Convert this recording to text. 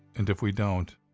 and if we don't.